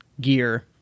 gear